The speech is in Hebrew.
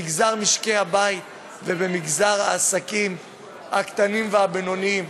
במגזר משקי הבית ובמגזר העסקים הקטנים והבינוניים.